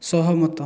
ସହମତ